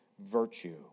virtue